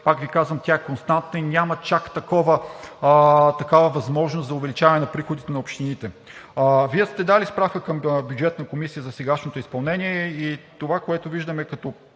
повтарям, е константна и няма чак такава възможност за увеличаване на приходите на общините. Вие сте дали справка към Бюджетната комисия за сегашното изпълнение и това, което виждаме като